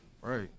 Right